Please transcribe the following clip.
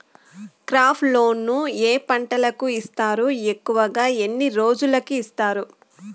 crop loan ఏ పంటలకు ఇస్తారు ఎక్కువగా ఎన్ని రోజులకి ఇస్తారు